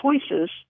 choices